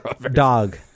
Dog